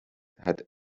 hat